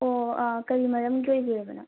ꯑꯣ ꯑꯥ ꯀꯩ ꯃꯔꯝꯒꯤ ꯑꯣꯏꯕꯤꯔꯕꯅꯣ